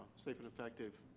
safe and effective.